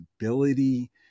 ability